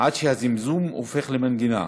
עד שהזמזום הופך למנגינה